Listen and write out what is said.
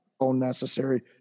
unnecessary